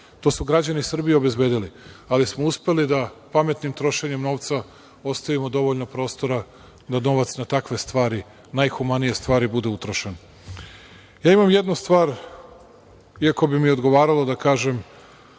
To su građani Srbije obezbedili. Ali smo uspeli da pametnim trošenjem novca ostavimo dovoljno prostora da novac na takva stvari, najhumanije stvari bude utrošen. Imam jednu stvar, iako bi mi odgovaralo da kažem